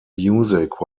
music